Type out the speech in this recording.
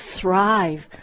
thrive